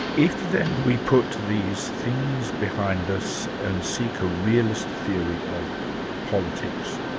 if then we put these things behind us and seek a realist theory of politics,